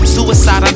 Suicide